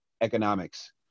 economics